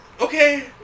Okay